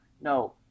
no